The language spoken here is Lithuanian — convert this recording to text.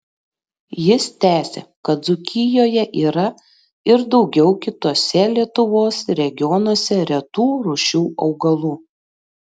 jis tęsia kad dzūkijoje yra ir daugiau kituose lietuvos regionuose retų rūšių augalų